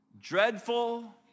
Dreadful